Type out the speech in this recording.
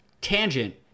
tangent